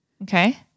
Okay